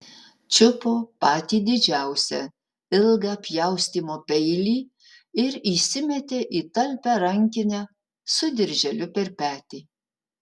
čiupo patį didžiausią ilgą pjaustymo peilį ir įsimetė į talpią rankinę su dirželiu per petį